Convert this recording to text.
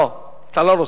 לא, אתה לא רוצה?